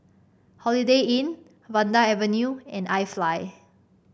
Holiday Inn Vanda Avenue and iFly